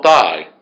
die